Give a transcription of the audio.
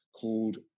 called